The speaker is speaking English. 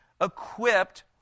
equipped